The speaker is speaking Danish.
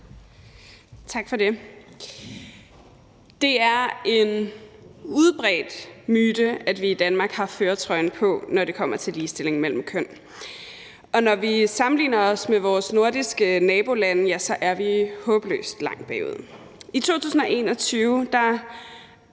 Tak for det. Det er en udbredt myte, at vi i Danmark har førertrøjen på, når det kommer til ligestilling mellem kønnene. Og når vi sammenligner os med vores nordiske nabolande, er vi håbløst langt bagud. I 2021